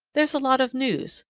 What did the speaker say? there's a lot of news,